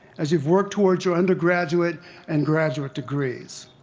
as you've worked towards your undergraduate and graduate degrees.